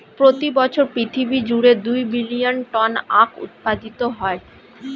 প্রতি বছর পৃথিবী জুড়ে দুই বিলিয়ন টন আখ উৎপাদিত হয়